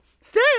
stay